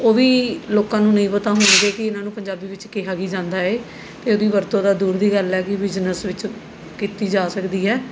ਉਹ ਵੀ ਲੋਕਾਂ ਨੂੰ ਨਹੀਂ ਪਤਾ ਹੋਣਗੇ ਕਿ ਇਹਨਾਂ ਨੂੰ ਪੰਜਾਬੀ ਵਿੱਚ ਕਿਹਾ ਕੀ ਜਾਂਦਾ ਹੈ ਅਤੇ ਉਹਦੀ ਵਰਤੋਂ ਤਾਂ ਦੂਰ ਦੀ ਗੱਲ ਹੈ ਕਿ ਬਿਜ਼ਨੈੱਸ ਵਿੱਚ ਕੀਤੀ ਜਾ ਸਕਦੀ ਹੈ